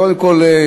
קודם כול,